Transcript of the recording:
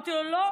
אמרתי לו לא,